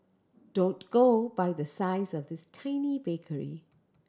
don't go by the size of this tiny bakery